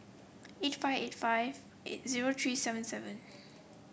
eight five eight five eight zero three seven seven